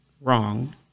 Wrong